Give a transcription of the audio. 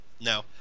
No